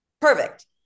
Perfect